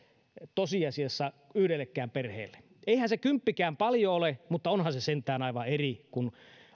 yhdellekään perheelle eihän se kymppikään paljon ole mutta onhan se sentään aivan eri asia kuin